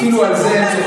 אפילו על זה היה צריך